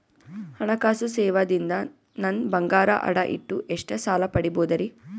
ಹಣಕಾಸು ಸೇವಾ ದಿಂದ ನನ್ ಬಂಗಾರ ಅಡಾ ಇಟ್ಟು ಎಷ್ಟ ಸಾಲ ಪಡಿಬೋದರಿ?